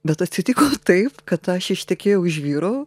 bet atsitiko taip kad aš ištekėjau už vyro